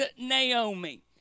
Naomi